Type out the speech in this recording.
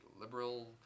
liberal